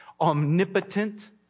omnipotent